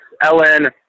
Ellen